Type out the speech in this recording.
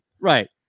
Right